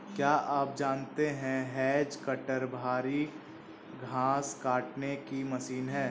क्या आप जानते है हैज कटर भारी घांस काटने की मशीन है